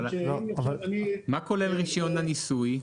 מה כולל רישיון הניסוי?